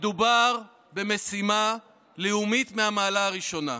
מדובר במשימה לאומית מהמעלה הראשונה.